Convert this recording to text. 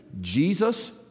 Jesus